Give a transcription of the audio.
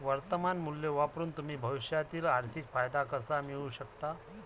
वर्तमान मूल्य वापरून तुम्ही भविष्यातील आर्थिक फायदा कसा मिळवू शकता?